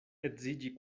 edziĝi